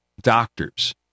doctors